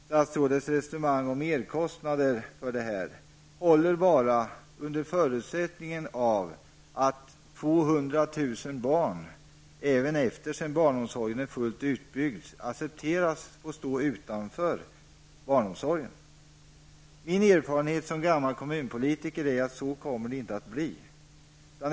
Statsrådets resonemang om merkostnader håller bara under förutsättningar att man accepterar att 200 000 barn får stå utanför barnomsogen även efter det att barnomsorgen är fullt utbyggd. Min erfarenhet som kommunalpolitiker är att så kommer det inte att bli.